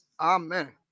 Amen